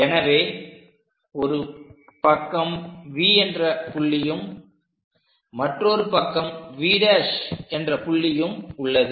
எனவே ஒரு பக்கம் V என்ற புள்ளியும் மற்றொரு பக்கம் V' என்ற புள்ளியும் உள்ளது